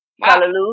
Hallelujah